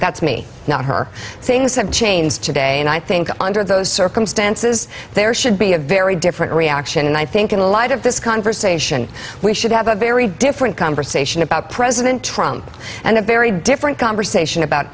that's me not her things have changed today and i think under those circumstances there should be a very different reaction and i think in the light of this conversation we should have a very different conversation about president trump and a very different conversation about